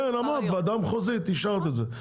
כן, אמרת, הוועדה המחוזית, אישרת את זה.